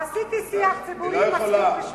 אמרתי את שלי, עשיתי שיח ציבורי, מספיק בשבילי.